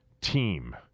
team